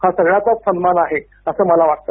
हा सगळ्याचाच सन्मान आहे असं मला वाटत